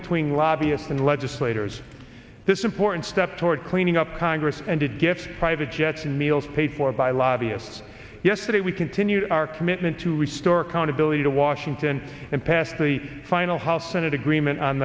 between lobbyists and legislators this important step toward cleaning up congress ended gifts private jets and meals paid for by lobbyists yesterday we continued our commitment to restore accountability to washington and pass the final house senate agreement on